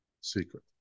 secret